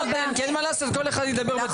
מה לעשות, כל אחד ידבר בתורו.